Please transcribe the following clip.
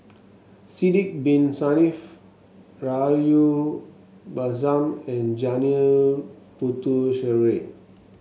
Sidek Bin Saniff Rahayu Mahzam and Janil Puthucheary